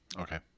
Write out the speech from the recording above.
Okay